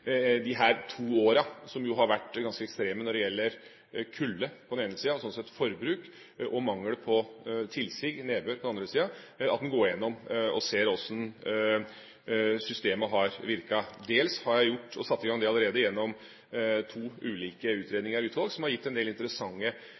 to årene, som jo har vært ganske ekstreme når det gjelder kulde på den ene sida – og slik sett forbruk – og mangel på tilsig, nedbør, på den andre sida, at en går gjennom og ser hvordan systemet har virket. Dels har jeg satt i gang det allerede gjennom to ulike